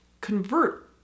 convert